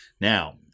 Now